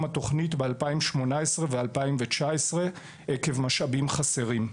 התוכנית כבר בשנים 2018 ו- 2019 עקב משאבים חסרים.